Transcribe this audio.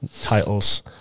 Titles